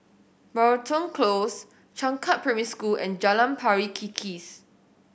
Moreton Close Changkat Primary School and Jalan Pari Kikis